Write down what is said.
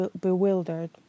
bewildered